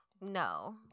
No